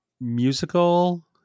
musical